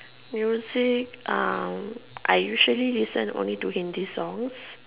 music I usually listen only to Hindi songs